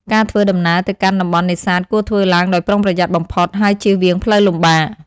ការធ្វើដំណើរ ទៅកាន់តំបន់នេសាទគួរធ្វើឡើងដោយប្រុងប្រយ័ត្នបំផុត ហើយជៀសវាងផ្លូវលំបាក។